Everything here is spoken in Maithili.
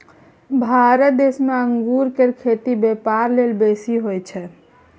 भारत देश में अंगूर केर खेती ब्यापार लेल बेसी होई छै